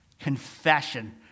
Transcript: confession